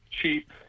cheap